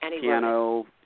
piano